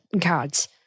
cards